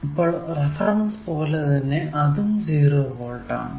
അപ്പോൾ റഫറൻസ് പോലെ തന്നെ ഇതും 0 വോൾട് ആണ്